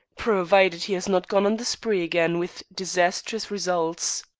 provided he has not gone on the spree again with disastrous results.